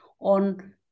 on